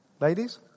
Ladies